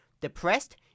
Depressed